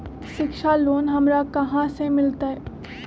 शिक्षा लोन हमरा कहाँ से मिलतै?